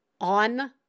on